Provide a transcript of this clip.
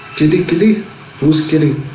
typically who's killing